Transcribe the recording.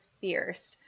fierce